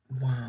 Wow